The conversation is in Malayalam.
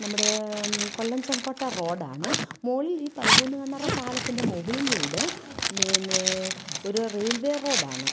നമ്മുടെ കൊല്ലം ചെങ്കോട്ട റോഡാണ് മുകളിൽ ഈ പതിമൂന്ന് കണ്ണറ പാലത്തിൻ്റെ മുകളിലൂടെ പിന്നെ ഒരു റയിൽ വേ റോഡാണ്